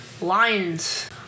Lions